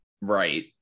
right